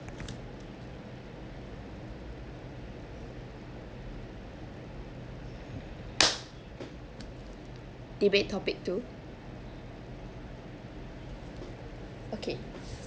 debate topic two okay